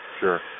sure